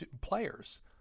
players